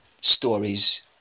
stories